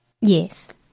Yes